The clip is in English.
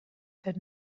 that